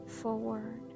forward